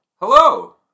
Hello